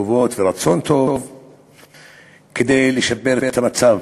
טובות ורצון טוב לשפר את המצב,